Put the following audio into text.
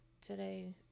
today